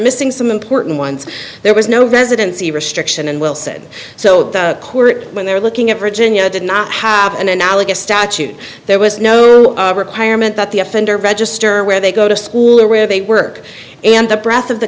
missing some important ones there was no residency restriction and will said so the court when they're looking at virginia did not have an analogous statute there was no requirement that the offender register where they go to school or where they work and the breath of the